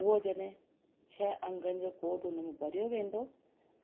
उहो जॾहिं छह अंगनि जो कोड हुन में भरियो वेंदो